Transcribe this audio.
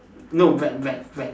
no vet vet vet